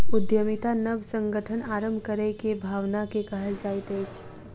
उद्यमिता नब संगठन आरम्भ करै के भावना के कहल जाइत अछि